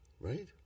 Right